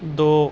دو